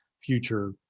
future